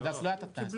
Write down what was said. עד אז לא הייתה טענה.